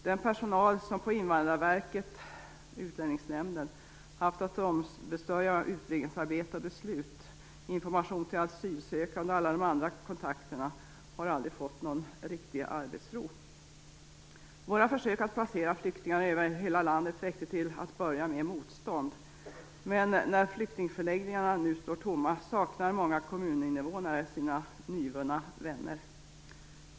Den personal som på Invandrarverket och Utlänningsnämnden har haft att ombesörja utredningsarbete och beslut, information till asylsökande och alla andra kontakter har aldrig fått någon riktig arbetsro. Våra försök att placera flyktingar över hela landet väckte till att börja med motstånd, men när flyktingförläggningarna nu står tomma saknar många kommuninvånare sina nyvunna vänner.